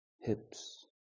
hips